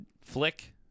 Flick